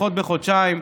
לדחות בחודשיים.